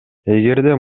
эгерде